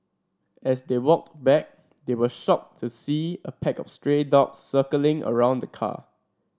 as they walked back they were shocked to see a pack of stray dogs circling around the car